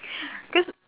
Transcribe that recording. cause